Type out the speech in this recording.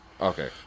Okay